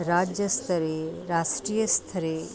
राज्यस्तरे राष्ट्रीयस्तरे